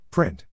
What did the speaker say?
Print